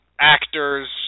actors